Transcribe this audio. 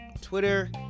Twitter